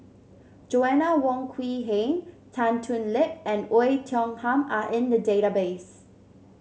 Joanna Wong Quee Heng Tan Thoon Lip and Oei Tiong Ham are in the database